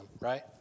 right